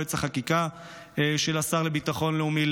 יועץ החקיקה של השר לביטחון לאומי,